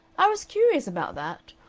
i was curious about that.